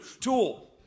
tool